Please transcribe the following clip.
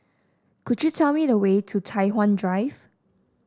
could you tell me the way to Tai Hwan Drive